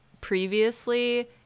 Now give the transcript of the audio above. previously